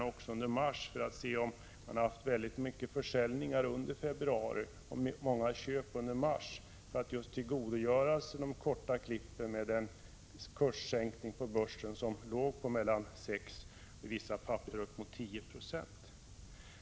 Avsikten skulle vara att se om fonderna har haft en omfattande försäljning under februari och gjort många köp under mars för att tillgodogöra sig effekterna av korta klipp till följd av en kurssänkning på börsen med 6 96, för vissa papper med uppemot 10 90.